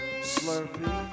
Slurpee